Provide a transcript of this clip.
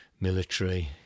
military